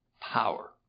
Power